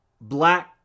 black